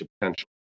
potential